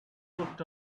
looked